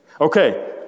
Okay